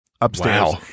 upstairs